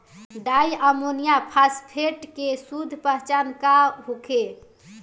Di ammonium phosphate के शुद्ध पहचान का होखे?